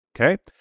Okay